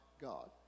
God